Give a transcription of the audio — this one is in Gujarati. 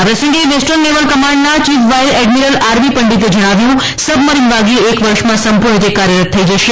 આ પ્રસંગે વેસ્ટર્ન નેવલ કમાન્ડના ચીફ વાઇસ એડમિરલ આરબી પંડિતે જણાવ્યું હતું કે સબમરીન વાગીર એક વર્ષમાં સંપૂર્ણ રીતે કાર્યરત થઈ જશે